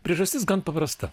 priežastis gan paprasta